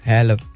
Hello